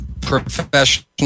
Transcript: professional